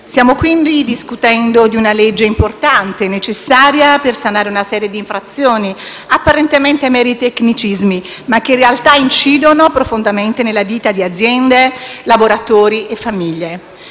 Stiamo quindi discutendo di una legge importante, necessaria per sanare una serie di infrazioni, apparentemente meri tecnicismi, ma che in realtà incidono profondamente nella vita di aziende, lavoratori e famiglie.